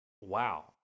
Wow